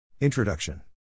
Introduction